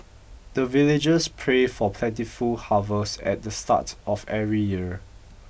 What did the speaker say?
the villagers pray for plentiful harvest at the start of every year